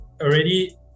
already